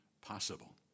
possible